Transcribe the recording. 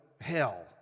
hell